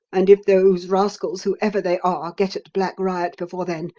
and if those rascals, whoever they are, get at black riot before then,